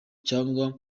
cyangwa